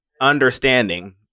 understanding